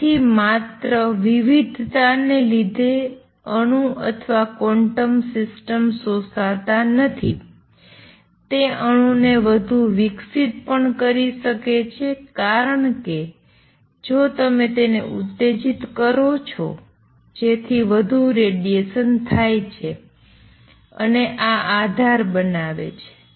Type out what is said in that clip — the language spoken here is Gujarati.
તેથી માત્ર વિવિધતા ને લીધે અણુ અથવા ક્વોન્ટમ સિસ્ટમ શોષાતા નથી તે અણુને વધુ વિકસિત પણ કરી શકે છે કારણ કે જો તમે તેને ઉત્તેજીત કરો છો જેથી વધુ રેડિએશન થાય છે અને આ આધાર બનાવે છે